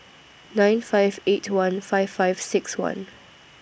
nine five eight one five five six one